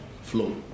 flow